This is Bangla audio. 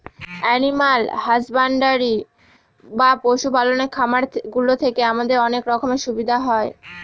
এনিম্যাল হাসব্যান্ডরি বা পশু পালনের খামার গুলো থেকে আমাদের অনেক রকমের সুবিধা হয়